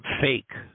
fake